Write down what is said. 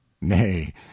Nay